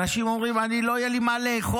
אנשים אומרים: אני, לא יהיה לי מה לאכול.